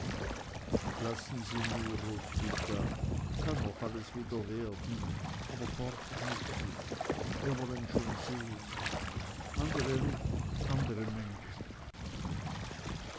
lassen sie nur roswitha kann noch alles wieder werden aber sie muß fort wir wollen schon sehen andere luft andere menschen